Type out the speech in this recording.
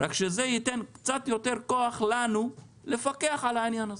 רק שזה ייתן קצת יותר כוח לנו לפקח על העניין.